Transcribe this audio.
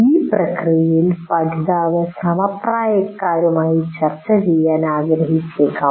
ഈ പ്രക്രിയയിൽ പഠിതാവ് സമപ്രായക്കാരുമായി ചർച്ച ചെയ്യാൻ ആഗ്രഹിച്ചേക്കാം